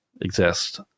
exist